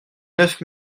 neuf